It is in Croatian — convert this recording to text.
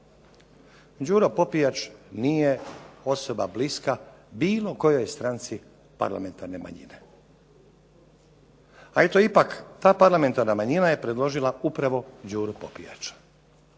Đuro Popijač nije osoba bliska bilo kojoj stranci parlamentarne manjine, a eto ipak ta parlamentarna manjina je predložila upravo Đuru Popijača